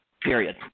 period